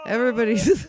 Everybody's